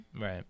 Right